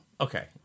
okay